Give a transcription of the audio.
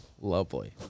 Lovely